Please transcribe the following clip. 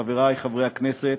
חברי חברי הכנסת,